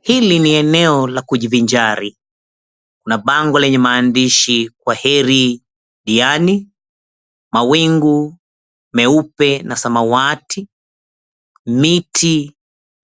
Hili ni eneo la kujivinjari na bango lenye maandishi kwaheri diani mawingu meupe na samawati